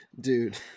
Dude